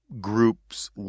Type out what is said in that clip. groups